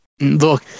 Look